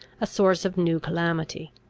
a source of new calamity.